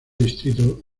distrito